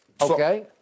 Okay